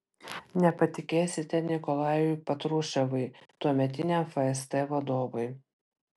nepatikėsite nikolajui patruševui tuometiniam fst vadovui